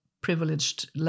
privileged